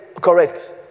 Correct